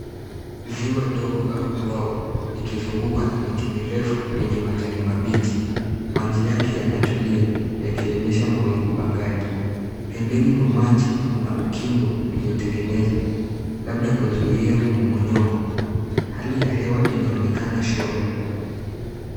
Ziwa dogo au bwawa likizungukwa na miti mirefu yenye majani mabichi. Maji yake yanatulia yakionyesha mawingu angani. Pembeni mwa maji kuna ukingo uliotengenezwa labda kuzuia mmomonyoko. Hali ya hewa inaonekana shwari.